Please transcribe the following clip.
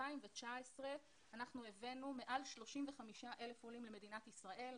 ב-2019 אנחנו הבאנו מעל 35,000 עולים למדינת ישראל.